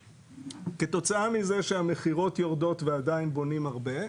כתוצאה מזה שהמכירות יורדות ועדיין בונים הרבה,